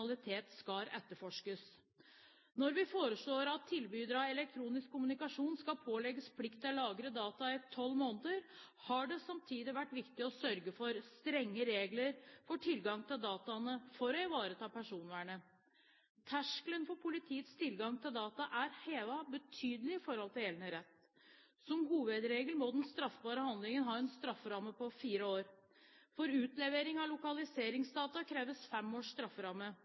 kriminalitet skal etterforskes. Når vi foreslår at tilbydere av elektronisk kommunikasjon skal pålegges plikt til å lagre data i tolv måneder, har det samtidig vært viktig å sørge for strenge regler for tilgang til dataene for å ivareta personvernet. Terskelen for politiets tilgang til data er hevet betydelig i forhold til gjeldende rett. Som hovedregel må den straffbare handlingen ha en strafferamme på fire år. For utlevering av lokaliseringsdata kreves fem års strafferamme.